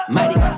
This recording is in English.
Mighty